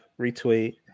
retweet